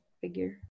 figure